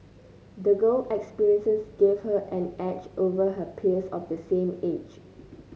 the girl experiences gave her an edge over her peers of the same age